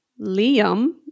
Liam